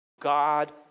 God